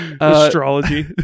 Astrology